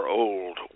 old